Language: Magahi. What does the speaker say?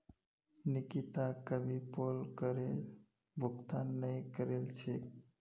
निकिता कभी पोल करेर भुगतान नइ करील छेक